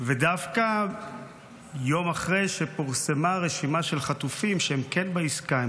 ודווקא יום אחרי שפורסמה רשימה של חטופים שהם כן בעסקה.